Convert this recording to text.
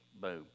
boom